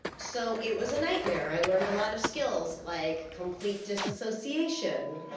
so, it was a nightmare. i learned a lot of skills, like complete disassociation.